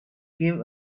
give